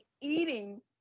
eating